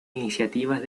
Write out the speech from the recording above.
iniciativas